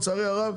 לצערי הרב,